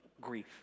Grief